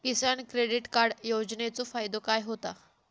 किसान credit card योजनेचो फायदो काय होता?